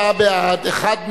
44 בעד, אחד נגד,